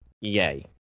Yay